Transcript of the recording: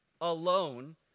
alone